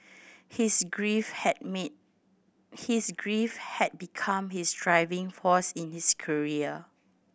his grief had me his grief had become his driving force in his career